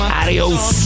adios